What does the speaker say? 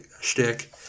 shtick